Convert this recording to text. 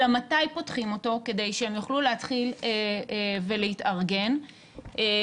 אלא מתי פותחים אותו כדי שהם יוכלו להתחיל ולהתארגן ובאיזה